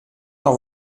noch